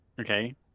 Okay